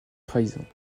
trahison